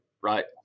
right